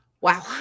Wow